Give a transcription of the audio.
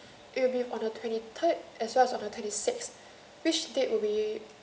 it will be on the twenty third as well as on the twenty six which date would be